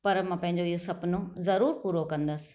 पर मां पंहिंजो इहो सुपिणो ज़रूर पूरो कंदसि